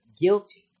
guilty